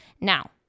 Now